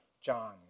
John